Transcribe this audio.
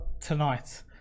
tonight